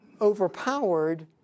overpowered